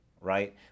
right